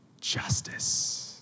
justice